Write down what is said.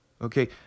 Okay